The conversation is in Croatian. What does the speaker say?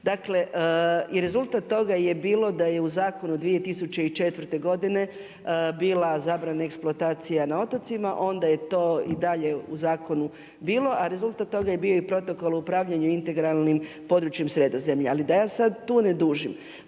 Italiju. I rezultat toga je bilo da je u zakonu u 2004. godine, bila zabrana eksploatacije na otocima, onda je to i dalje u zakonu bilo, a rezultat toga je bio i protokol upravljanju integralnim područjima Sredozemlja. Ali, da ja sad tu ne dužim,